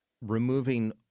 removing